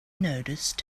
noticed